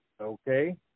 Okay